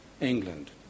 England